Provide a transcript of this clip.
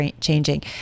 changing